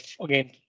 again